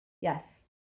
Yes